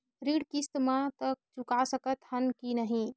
ऋण किस्त मा तक चुका सकत हन कि नहीं?